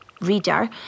Reader